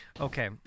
okay